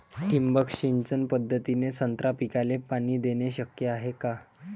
ठिबक सिंचन पद्धतीने संत्रा पिकाले पाणी देणे शक्य हाये का?